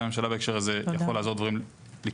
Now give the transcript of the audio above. הממשלה בהקשר הזה יכול לעזור לדברים לקרות.